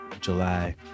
July